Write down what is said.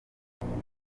akiwacu